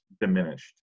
diminished